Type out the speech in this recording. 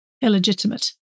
illegitimate